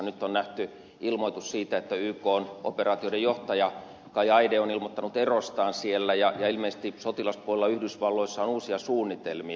nyt on nähty ilmoitus siitä että ykn operaatioiden johtaja kai eide on ilmoittanut erostaan siellä ja ilmeisesti sotilaspuolella yhdysvalloissa on uusia suunnitelmia